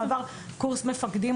הוא עבר קורס מפקדים,